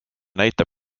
näitab